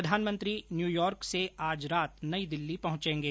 प्रधानमंत्री न्यूयार्क से आज रात नई दिल्ली पहुंचेंगे